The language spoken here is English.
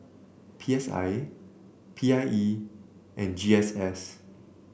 P S I P I E and G S S